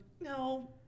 No